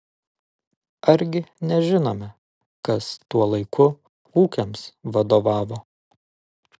argi nežinome kas tuo laiku ūkiams vadovavo